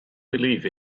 believe